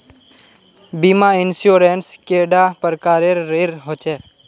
बीमा इंश्योरेंस कैडा प्रकारेर रेर होचे